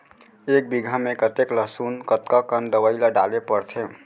एक बीघा में कतेक लहसुन कतका कन दवई ल डाले ल पड़थे?